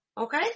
Okay